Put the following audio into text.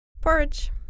Porridge